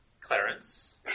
Clarence